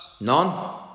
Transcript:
None